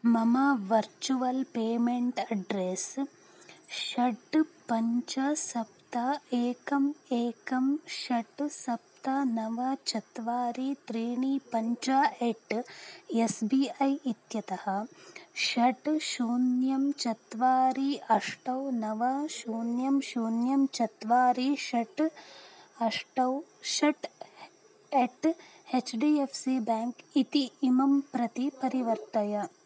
मम virtual payment address षट् पञ्च सप्त एकम् एकं षट् सप्त नव चत्वारि त्रीणि पञ्च एट् एस् बी ऐ इत्यतः षट् शून्यं चत्वारि अष्टौ नव शून्यं शून्यं चत्वारि षट् अष्टौ षट् at H D F C bank इति इमं प्रति परिवर्तय